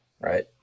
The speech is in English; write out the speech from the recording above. right